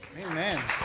Amen